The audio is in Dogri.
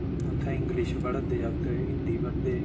उत्थें इंग्लिश पढ़ै दे जागत हिंदी पढ़दे